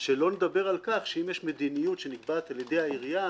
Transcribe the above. שלא נדבר על כך שאם יש מדיניות שנקבעת על ידי העירייה,